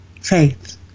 faith